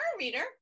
reader